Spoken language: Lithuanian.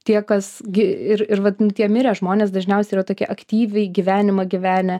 tie kas gi ir ir vat tie mirę žmonės dažniausiai yra tokie aktyviai gyvenimą gyvenę